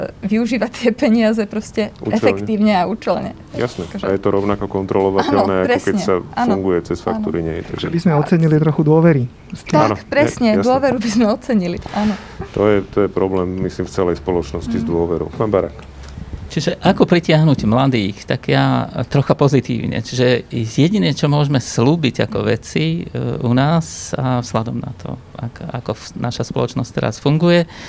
využívať tie peniaze proste Účelne. efektívne a účelne. Jasné. Takže- A je to rovnako kontrolovateľné, Áno, ako keď presne, sa áno, funguje cez áno. faktúry, nie je to, že- Že by sme ocenili trochu dôvery s tým. Tak, Áno, je- presne, jasné. dôveru by sme ocenili, áno. To je- to je problém, myslím, v celej spoločnosti s Mm. dôverou. Pán Barák. Čiže ako pritiahnuť mladých, tak ja- trocha pozitívne. Čiže jediné, čo môžeme slúbiť ako vedci, e, u nás a vzhľadom na to, ak- ako v- naša spoločnosť teraz funguje,